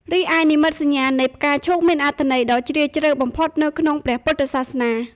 រីឯនិមិត្តសញ្ញានៃ ផ្កាឈូកមានអត្ថន័យដ៏ជ្រាលជ្រៅបំផុតនៅក្នុងព្រះពុទ្ធសាសនា។